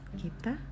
kita